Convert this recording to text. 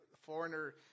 foreigner